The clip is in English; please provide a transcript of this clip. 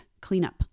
cleanup